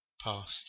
past